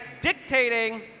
dictating